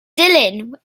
dylan